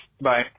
bye